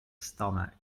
stomach